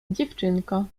dziewczynko